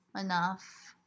enough